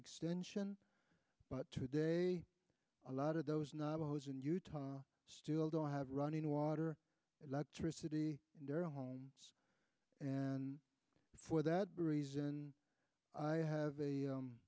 ethics tension but today a lot of those navajos in utah still don't have running water or electricity in their homes and for that reason i have a